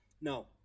Now